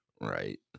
Right